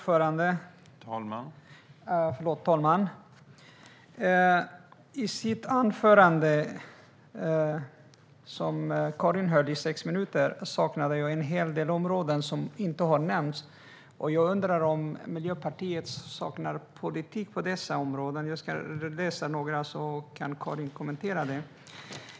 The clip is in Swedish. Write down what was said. Herr talman! I det sex minuter långa anförande som Karin höll saknade jag en del områden, och jag undrar om Miljöpartiet saknar politik på dessa områden. Jag ska nämna några, så får Karin kommentera det.